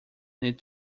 need